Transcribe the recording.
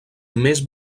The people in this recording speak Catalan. més